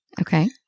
Okay